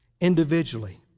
individually